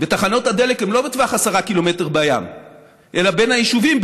ותחנות הדלק הן לא בטווח 10 קילומטר בים אלא בין היישובים,